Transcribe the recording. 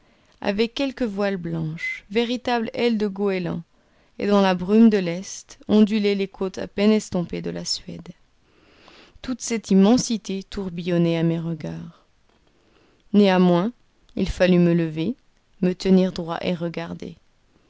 avec quelques voiles blanches véritables ailes de goéland et dans la brume de l'est ondulaient les côtes à peine estompées de la suède toute cette immensité tourbillonnait à mes regards néanmoins il fallut me lever me tenir droit et regarder